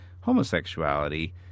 homosexuality